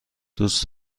دوست